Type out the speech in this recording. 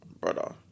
brother